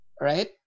Right